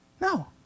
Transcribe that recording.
No